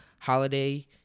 holiday